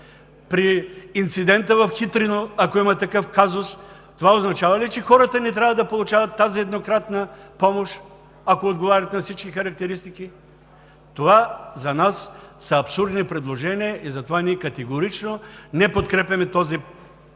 При инцидента в Хитрино, ако има такъв казус, това означава ли, че хората не трябва да получават тази еднократна помощ, ако отговарят на всички характеристики? Това за нас са абсурдни предложения и затова категорично не подкрепяме този проект.